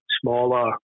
smaller